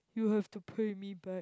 you have to pay me back